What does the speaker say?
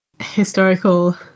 historical